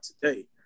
today